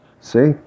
See